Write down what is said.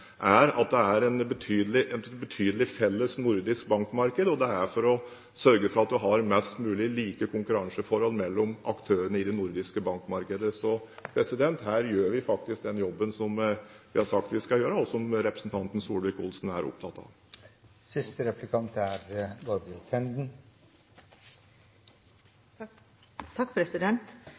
er at det er et betydelig felles nordisk bankmarked, og det er for å sørge for at man har mest mulig like konkurranseforhold mellom aktørene i det nordiske bankmarkedet. Så her gjør vi faktisk den jobben som vi har sagt vi skal gjøre, og som representanten Solvik-Olsen er opptatt av. Regjeringspartner, SVs Geir-Ketil Hansen, sa i sitt innlegg at det må være lettere å eie enn å leie. Det er